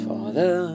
Father